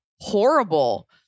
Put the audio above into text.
horrible